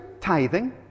tithing